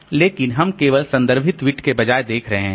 लेकिन हम केवल संदर्भित बिट के बजाय देख रहे हैं